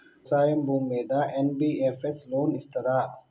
వ్యవసాయం భూమ్మీద NBFS loan ఇస్తదా?